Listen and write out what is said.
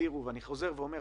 אני חוזר ואומר,